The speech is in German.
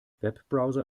webbrowser